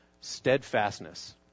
steadfastness